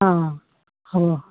অ হ'ব